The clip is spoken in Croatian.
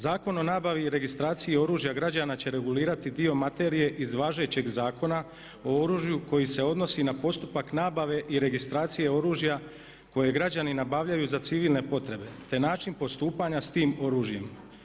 Zakon o nabavi i registraciji oružja građana će regulirati dio materije iz važećeg Zakona o oružju koji se odnosi na postupak nabave i registracije oružja koje građanin nabavljaju za civilne potrebe te način postupanja s tim oružjem.